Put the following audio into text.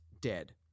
dead